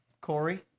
Corey